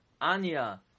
Anya